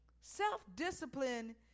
Self-discipline